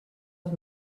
els